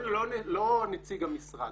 לא נציג המשרד.